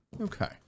Okay